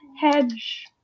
hedge